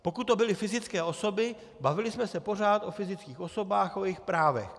Pokud to byly fyzické osoby, bavili jsme se pořád o fyzických osobách, o jejich právech.